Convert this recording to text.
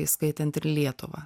įskaitant ir lietuvą